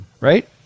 Right